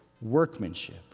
workmanship